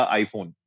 iPhone